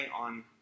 on